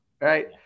right